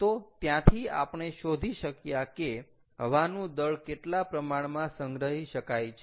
તો ત્યાથી આપણે શોધી શક્યા કે હવાનું દળ કેટલા પ્રમાણમાં સંગ્રહી શકાય છે